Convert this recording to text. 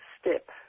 step